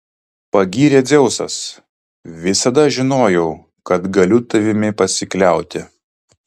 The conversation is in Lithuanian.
pagyrė dzeusas visada žinojau kad galiu tavimi pasikliauti